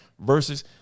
versus